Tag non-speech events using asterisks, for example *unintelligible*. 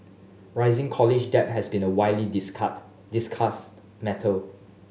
rising college debt has been a widely *unintelligible* discussed matter